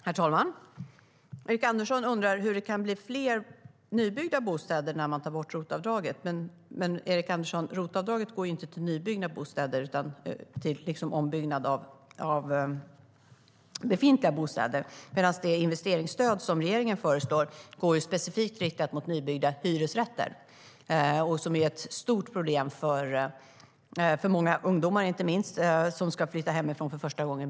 Herr talman! Erik Andersson undrar hur det kan bli fler nybyggda bostäder när ROT-avdraget tas bort. Men, Erik Andersson, ROT-avdraget går inte till nybyggda bostäder utan till ombyggnad av befintliga bostäder. Det investeringsstöd som regeringen föreslår är specifikt riktat till nybyggda hyresrätter. Bristen på hyresrätter är ett stort problem för inte minst ungdomar som ska flytta hemifrån.